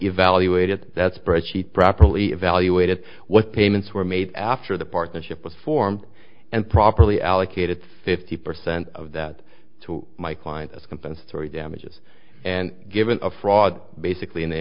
evaluated that spread sheet properly evaluated what payments were made after the partnership was formed and properly allocated fifty percent of that to my client as compensatory damages and given a fraud basically in